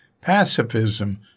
pacifism